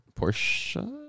Porsche